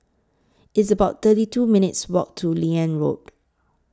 It's about thirty two minutes' Walk to Liane Road